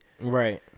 Right